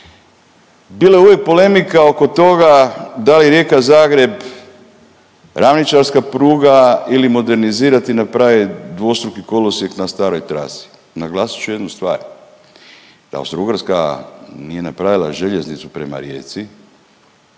Bila je uvijek polemika oko toga da li Rijeka-Zagreb ravničarska pruga ili modernizirati i napraviti dvostruki kolosijek na staroj trasi. Naglasit ću jednu stvar, da Austro-Ugarska nije napravila željeznicu prema Rijeci